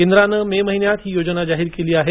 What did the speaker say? केंद्राने मे महिन्यात ही योजना जाहीर केली आहे